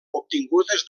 obtingudes